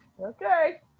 Okay